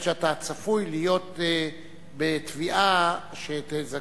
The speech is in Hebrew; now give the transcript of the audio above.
זאת אומרת שאתה צפוי להיות בתביעה שתזכה